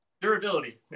Durability